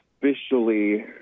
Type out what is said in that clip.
officially